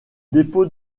dépôt